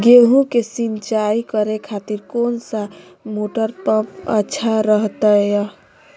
गेहूं के सिंचाई करे खातिर कौन सा मोटर पंप अच्छा रहतय?